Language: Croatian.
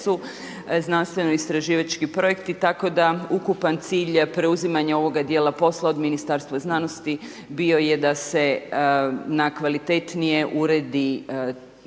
jesu znanstveno-istraživački projekti, tako da ukupan cilj preuzimanja ovog dijela posla od Ministarstva znanosti bio je da se na kvalitetnije uredi